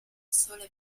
sole